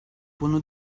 bunu